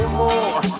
more